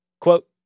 Quote